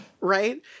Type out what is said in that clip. Right